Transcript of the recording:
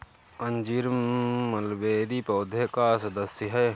अंजीर मलबेरी पौधे का सदस्य है